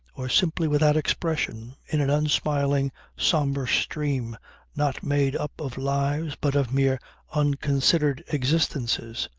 or simply without expression, in an unsmiling sombre stream not made up of lives but of mere unconsidered existences